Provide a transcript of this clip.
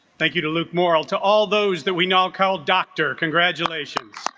thank you to luke morrill to all those that we now call dr. congratulations